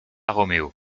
romeo